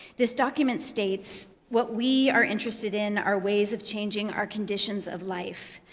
this document states, what we are interested in are ways of changing our conditions of life,